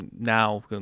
now